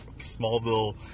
Smallville